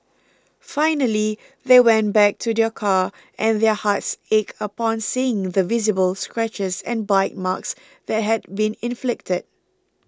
finally they went back to their car and their hearts ached upon seeing the visible scratches and bite marks that had been inflicted